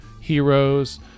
heroes